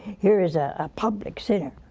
here is a a public sinner.